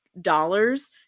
Dollars